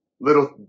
little